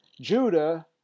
Judah